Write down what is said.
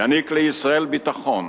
יעניק לישראל ביטחון,